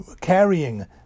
carrying